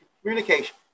communication